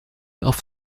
auf